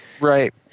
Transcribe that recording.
Right